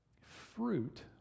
fruit